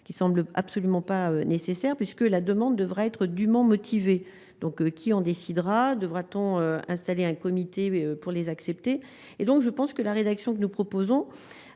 ce qui semble absolument pas nécessaire puisque la demande devra être dument motivés, donc qui en décidera, devra-t-on installer un comité pour les accepter et donc je pense que la rédaction que nous proposons